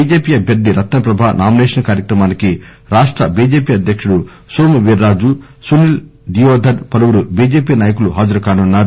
BJP అభ్వర్ది Ratna Prabha nomination కార్యక్రమానికి రాష్ట బీజేపీ అధ్యకుడు నోము వీర్రాజు సునీల్ దియోధర్ పలువురు బీజేపీ నాయకులు హాజరుకానున్నారు